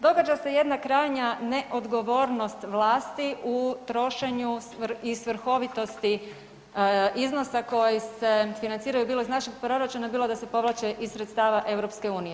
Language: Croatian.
Događa se jedna krajnja neodgovornost vlasti u trošenju i svrhovitosti iznosa koji se financiraju, bilo iz našeg proračuna, bilo da se povlače iz sredstava EU.